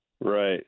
Right